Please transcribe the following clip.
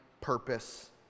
purpose